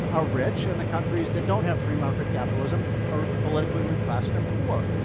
are rich and the countries that don't have free market capitalism are politically repressed and poor.